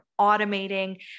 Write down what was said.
automating